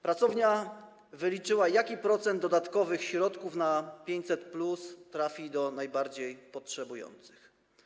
Pracownia wyliczyła, jaki procent dodatkowych środków na 500+ trafi do najbardziej potrzebujących.